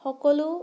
সকলো